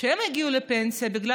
זה כבר